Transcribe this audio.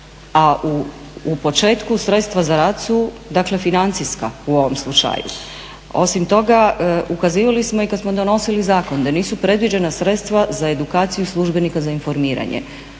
A u početku sredstva za rad su dakle financijska u ovom slučaju. Osim toga, ukazivali smo i kad smo donosili zakon da nisu predviđena sredstva za edukaciju službenika za informiranje.